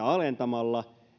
alentamalla